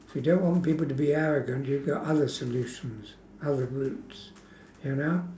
if you don't want people to be arrogant you've got other solutions other groups you know